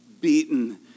beaten